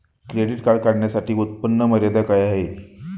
Credit card काढण्यासाठी उत्पन्न मर्यादा काय आहे?